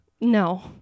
no